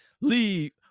Leave